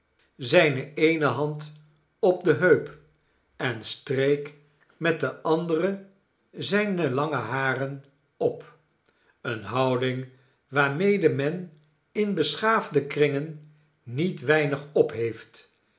zijne eene hand op de heup en streek met de andere zijne lange haren op eene houding waarmede men in beschaafde kringen niet weinig opheeft